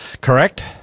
correct